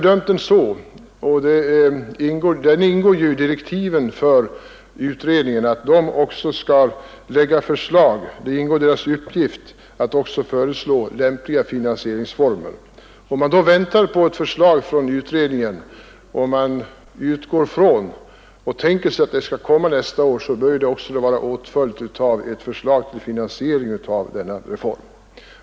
Det ingår ju i direktiven för utredningen att också föreslå lämpliga finansieringsformer. Det förslag, som man tänker sig skall komma nästa år, bör vara åtföljt av ett förslag till finansiering av reformen.